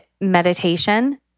meditation